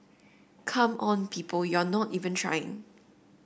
come on people you're not even trying